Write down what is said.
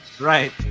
Right